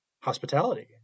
Hospitality